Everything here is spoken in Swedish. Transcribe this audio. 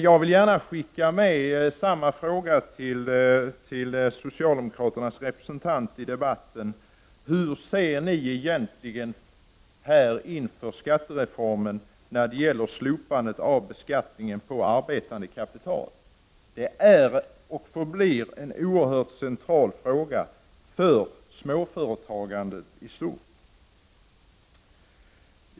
Jag vill gärna fråga socialdemokraternas representant i denna debatt hur socialdemokraterna inför skattereformen egentligen ser på frågan om slopande av beskattning av arbetande kapital. Detta är och förblir en oerhört central fråga för småföretagandet i stort.